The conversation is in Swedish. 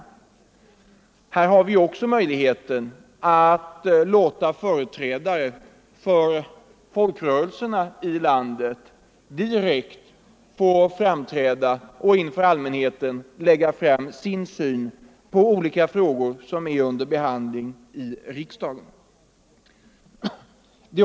Här skulle vi också få möjligheter att låta företrädare för folk rörelserna direkt framträda inför allmänheten och lägga fram sin syn på olika frågor som är under behandling i riksdagen.